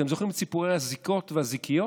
אתם זוכרים את סיפורי הזיקות והזיקיות?